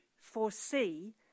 foresee